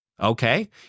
Okay